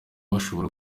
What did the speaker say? bashobora